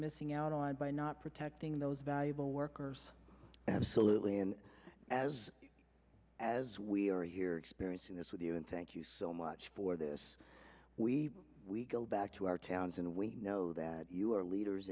missing out on by not protecting those valuable workers absolutely and as you as we are here experiencing this with you and thank you so much for this we we go back to our towns in we know that you are leaders